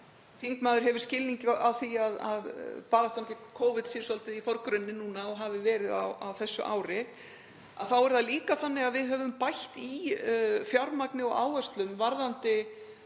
þingmaður hefur skilning á því að baráttan gegn Covid sé svolítið í forgrunni núna og hefur verið á þessu ári, að það er líka þannig að við höfum bætt í fjármagni og áherslum varðandi